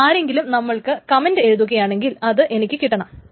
ഇനി ആരെങ്കിലും നമ്മൾക്ക് കമൻറ് എഴുതുകയാണെങ്കിൽ അത് എനിക്ക് കിട്ടണം